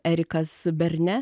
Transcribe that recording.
erikas berne